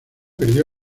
perdió